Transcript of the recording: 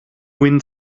wind